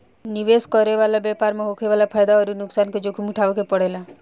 निवेश करे वाला के व्यापार में होखे वाला फायदा अउरी नुकसान के जोखिम उठावे के पड़ेला